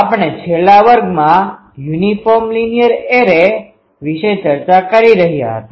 આપણે છેલ્લા વર્ગમાં યુનિફોર્મ લીનીયર એરેuniform linear arrayનિયમિત રેખીય એરે વિશે ચર્ચા કરી રહ્યા હતા